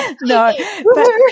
no